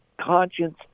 conscience